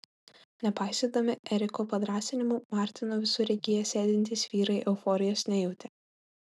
nepaisydami eriko padrąsinimų martino visureigyje sėdintys vyrai euforijos nejautė